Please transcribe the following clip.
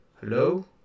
hello